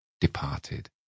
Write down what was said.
departed